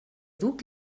duc